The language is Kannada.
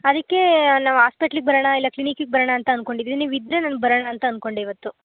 ಅದಕ್ಕೆ ನಾವು ಆಸ್ಪೆಟ್ಲಿಗೆ ಬರೋಣ ಇಲ್ಲ ಕ್ಲಿನಿಕಿಗೆ ಬರೋಣ ಅಂತ ಅನ್ಕೊಂಡಿದ್ದೀವಿ ನೀವು ಇದ್ದರೆ ನಾನು ಬರೋಣ ಅಂತ ಅಂದ್ಕೊಂಡೆ ಇವತ್ತು